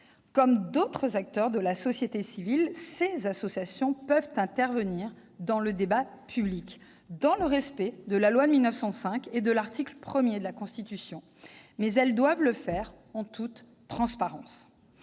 Comme d'autres acteurs de la société civile, ces associations peuvent intervenir dans le débat public, dans le respect de la loi de 1905 et de l'article 1 de la Constitution, mais elles doivent le faire en toute transparence.